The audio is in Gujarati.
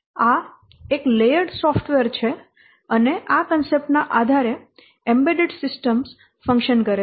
આ એક લેયર્ડ સોફ્ટવેર છે અને આ કોન્સેપ્ટ ના આધારે એમ્બેડેડ સિસ્ટમ ફંકશન કરે છે